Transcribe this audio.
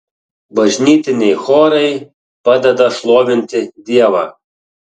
bažnytiniai chorai padeda šlovinti dievą